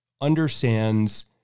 understands